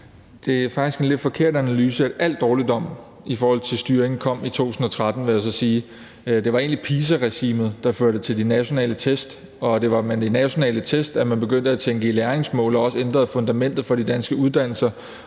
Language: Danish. Det er faktisk en lidt forkert analyse, at al dårligdom i forhold til styring kom i 2013, vil jeg så sige. Det var egentlig PISA-regimet, der førte til de nationale test, og det var med de nationale test, at man begyndte at tænke i læringsmål og også ændrede fundamentet for de danske uddannelser,